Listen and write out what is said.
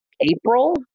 April